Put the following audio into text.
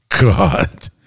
God